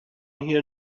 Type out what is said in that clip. here